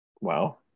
Wow